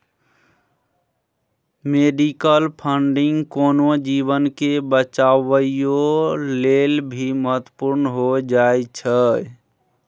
medical funding कोनो जीवन के बचाबइयो लेल भी महत्वपूर्ण हो जाइ छइ